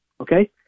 Okay